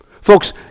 Folks